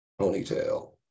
Ponytail